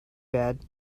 bad